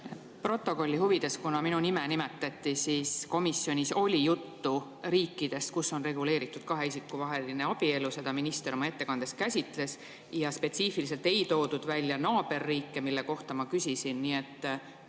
Protokolli huvides, kuna minu nime nimetati. Komisjonis oli juttu riikidest, kus on reguleeritud kahe isiku vaheline abielu. Seda minister oma ettekandes käsitles. Ja spetsiifiliselt ei toodud välja naaberriike, mille kohta ma küsisin.